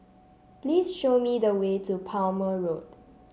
please show me the way to Palmer Road